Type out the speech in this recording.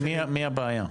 מי הבעיה?